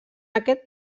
aquest